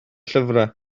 llyfrau